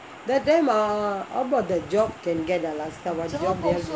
that time ah how about the job can get ah last time